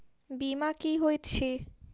बीमा की होइत छी?